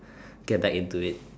get back into it